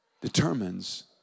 determines